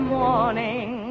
morning